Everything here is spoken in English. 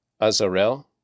Azarel